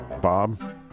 Bob